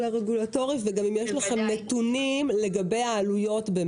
הרגולטורי וגם אם יש לכם נתונים לגבי העלויות.